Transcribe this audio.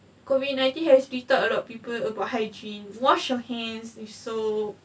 COVID nineteen has tweak up a lot people about hygiene wash your hands with soap